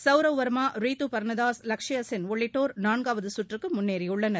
சவ்ரவ் வர்மா ரீது பர்னதாஸ் லக்ஷையா சென் உள்ளிட்டோர் நான்காவது சுற்றுக்கு முன்னேறியுள்ளனர்